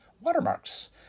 Watermarks